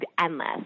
endless